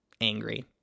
angry